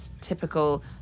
typical